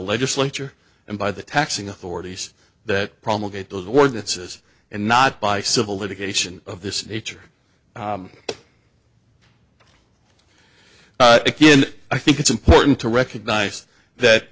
legislature and by the taxing authorities that promulgated those ordinances and not by civil litigation of this nature i think it's important to recognize that